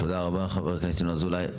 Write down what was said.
תודה רבה, חבר הכנסת ינון אזולאי.